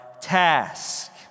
task